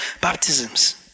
baptisms